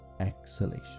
exhalation